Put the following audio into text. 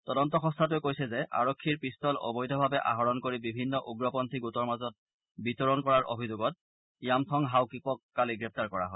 তদন্ত সংস্থাটোৱে কৈছে যে আৰক্ষীৰ পিষ্টল অবৈধভাৱে আহৰণ কৰি বিভিন্ন উগ্ৰপন্থী গোটৰ মাজত বিতৰণ কৰাৰ অভিযোগত য়ামথং হাওকিপক কালি গ্ৰেপ্তাৰ কৰা হয়